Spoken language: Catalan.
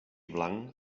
blanc